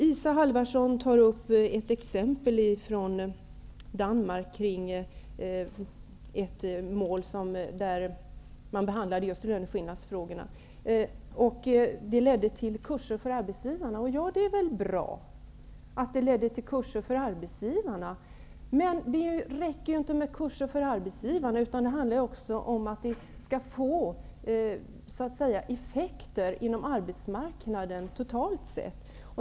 Isa Halvarsson tar som exempel upp ett mål i Danmark där man behandlade löneskillnadsfrågorna. Det ledde till kurser för arbetsgivarna, och det är väl bra. Men det räcker inte med kurser för arbetsgivarna, utan det handlar också om att det skall bli effekter inom arbetsmarknaden totalt sett.